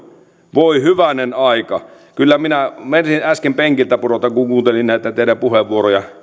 voi hyvänen aika kyllä minä meinasin äsken penkiltä pudota kun kuuntelin näitä teidän puheenvuoroja